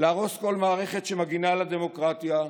להרוס כל מערכת שמגינה על הדמוקרטיה,